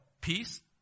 peace